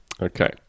Okay